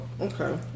Okay